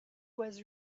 was